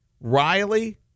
Riley